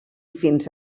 fins